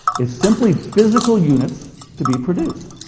it's simply physical units to be produced.